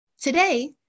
Today